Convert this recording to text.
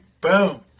boom